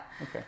Okay